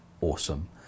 awesome